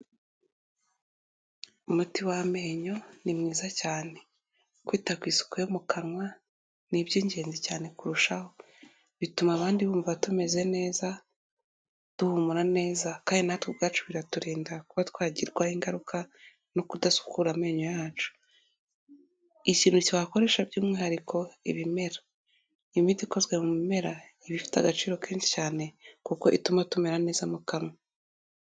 Umuti w'amenyo ni mwiza cyane. Kwita ku isuku yo mu kanwa ni iby'ingenzi cyane kurushaho, bituma abandi bumva tumeze neza duhumura neza kandi natwe ubwacu biraturinda kuba twagirwaho ingaruka no kudasukura amenyo yacu. Ikintu cyakoreshwa by'umwihariko ni ibimera. Imiti ikozwe mu bimera iba ifite agaciro kenshi cyane kuko ituma tumera neza mu kanwa.